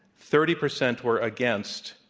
thirty percent were against,